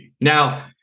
Now